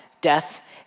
death